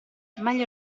meglio